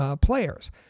players